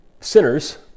sinners